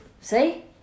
See